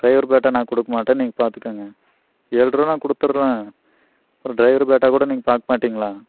driver batta நான் கொடுக்க மாட்டேன் நீங்க பார்த்துக்கொங்க ஏழ்ருபா நான் கொடுத்துட்றேன் அப்புறம் டிரைவர் பேட்டா கூட நீங்கள் பார்க்க மாட்டிங்களா